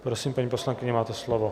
Prosím, paní poslankyně, máte slovo.